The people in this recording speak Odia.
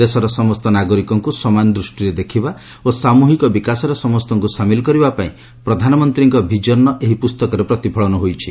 ଦେଶର ସମସ୍ତ ନାଗରିକଙ୍କୁ ସମାନ ଦୂଷ୍ଟିରେ ଦେଖିବା ଓ ସାମୁହିକ ବିକାଶରେ ସମସ୍ତଙ୍କୁ ସାମିଲ କରିବା ପାଇଁ ପ୍ରଧାନମନ୍ତ୍ରୀଙ୍କ ଭିଜନ୍ର ଏହି ପୁସ୍ତକରେ ପ୍ରତିଫଳନ ହୋଇଛି